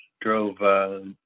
drove